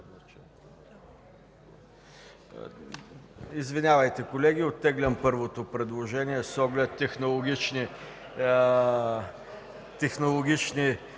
извинявайте! Оттеглям първото предложение с оглед технологични